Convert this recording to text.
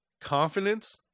Confidence